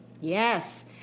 Yes